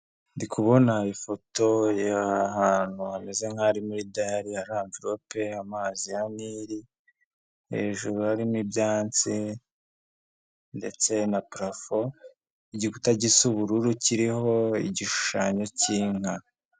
Ndi kubona ifoto y'ahantu hameze nkaho ari muri dayari hari amverope, amazi ya nili, hejuru harimo ibyansi ndetse na parafo, igikuta gisa ubururu kiriho igishushanyo k'inka.